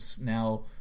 now